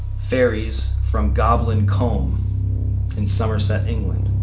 fairies from goblin combe in somerset england.